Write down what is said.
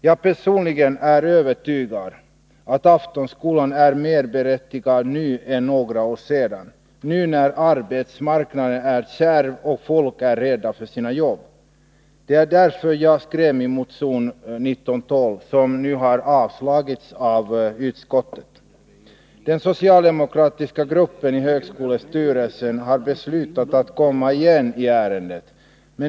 Jag personligen är övertygad om att Aftonskolan nu, när arbetsmarknaden är kärv och folk är rädda om sina jobb, är mer berättigad än för några år sedan. Det var därför som jag skrev min motion nr 1912, som nu har avstyrkts av utskottet. Den socialdemokratiska gruppen i högskolestyrelsen har beslutat att komma igen i ärendet.